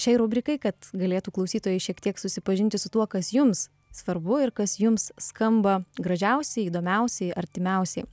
šiai rubrikai kad galėtų klausytojai šiek tiek susipažinti su tuo kas jums svarbu ir kas jums skamba gražiausiai įdomiausiai artimiausiai